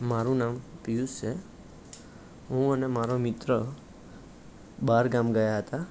મારું નામ પિયુષ છે હું અને મારો મિત્ર બહાર ગામ ગયા હતા